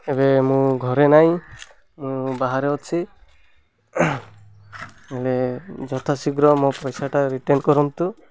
ଏବେ ମୁଁ ଘରେ ନାହିଁ ମୁଁ ବାହାରେ ଅଛି ହେଲେ ଯଥା ଶୀଘ୍ର ମୋ ପଇସାଟା ରିଟର୍ଣ୍ଣ କରନ୍ତୁ